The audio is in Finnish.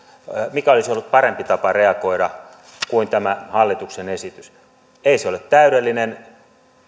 mikä olisi ollut parempi tapa reagoida kuin tämä hallituksen esitys ei se ole täydellinen